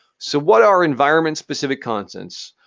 so, what are environment-specific constants?